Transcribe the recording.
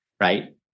right